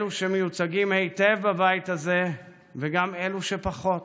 אלו שמיוצגים היטב בבית הזה, וגם אלו שפחות,